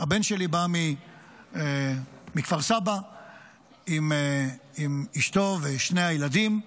הבן שלי בא מכפר סבא עם אשתו ושני הילדים.